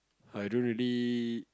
I don't really